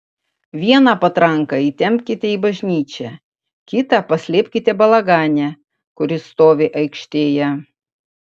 vieną patranką įtempkite į bažnyčią kitą paslėpkite balagane kuris stovi aikštėje